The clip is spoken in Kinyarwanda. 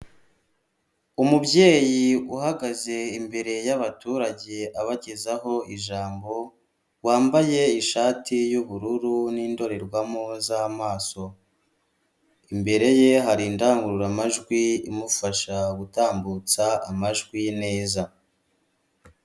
Umubyeyi uhagaze imbere y'abaturage abagezaho ijambo, wambaye ishati y'ubururu n'indorerwamo z'amaso. Imbere ye hari indangururamajwi imufasha gutambutsa amajwi neza.